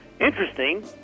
interesting